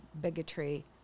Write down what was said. bigotry